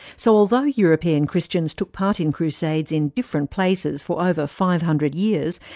so although european christians took part in crusades in different places for over five hundred years,